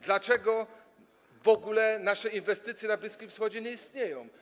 Dlaczego w ogóle nasze inwestycje na Bliskim Wschodzie nie istnieją?